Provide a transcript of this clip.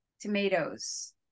tomatoes